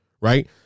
right